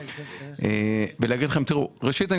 ראשית,